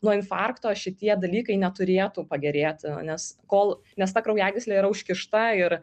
nuo infarkto šitie dalykai neturėtų pagerėti nes kol nes ta kraujagyslė yra užkišta ir